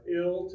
ill